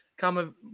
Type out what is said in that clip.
come